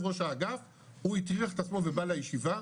ראש האגף הוא הטריח את עצמו ובא לישיבה,